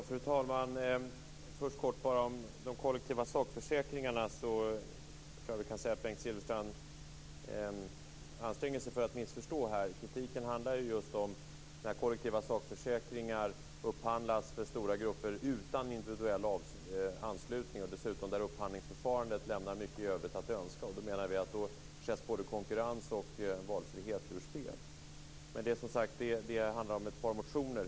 Fru talman! Låt mig först säga något kort om de kollektiva sakförsäkringarna. Jag tror att Bengt Silfverstrand anstränger sig för att missförstå detta. Kritiken handlar ju om när kollektiva sakförsäkringar upphandlas för stora grupper utan individuell anslutning. Dessutom lämnar upphandlingsförfarandet mycket övrigt att önska. Vi menar att både konkurrens och valfrihet då sätts ur spel. Men det handlar om ett par motioner.